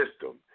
system